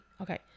Okay